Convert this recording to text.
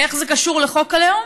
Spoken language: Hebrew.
איך זה קשור לחוק הלאום?